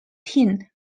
tin